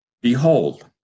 Behold